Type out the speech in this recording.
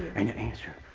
and answer,